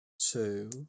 two